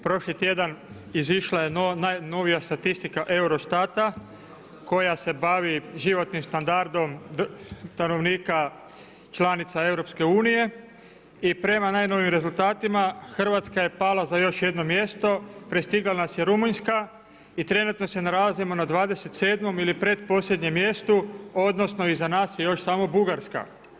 Prošli tjedan izišla je najnovija statistika EUROSTAT-a, koja se bavi životnim standardom stanovnika članica EU i prema najnovijim rezultatima Hrvatska je pala za još jedno mjesto, prestigla nas je Rumunjska i trenutno se nalazimo na 27 ili pretposljednjem mjestu odnosno iza nas je još samo Bugarska.